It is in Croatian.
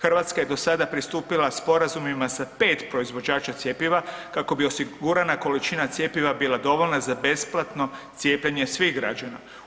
Hrvatska je do sada pristupila sporazumima sa 5 proizvođača cjepiva kako bi osigurana količina cjepiva bila dovoljna za besplatno cijepljenje svih građana.